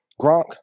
Gronk